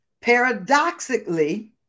Paradoxically